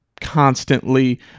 constantly